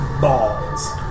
Balls